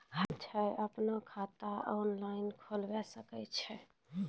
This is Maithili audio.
हाँ तोय आपनो खाता ऑनलाइन खोलावे सकै छौ?